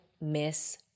miss